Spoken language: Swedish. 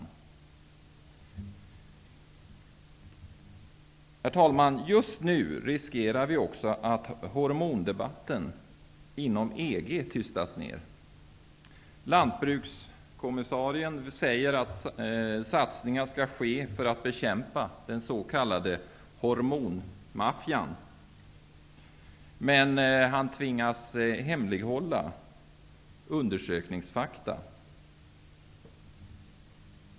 Herr talman! Just nu riskerar vi också att hormondebatten inom EG tystas ned. Lanbrukskommissiarien säger att satsningar skall ske för att bekämpa den s.k. hormonmaffian. Men han tvingas hemlighålla undersökningsfakta.